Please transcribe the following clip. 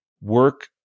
work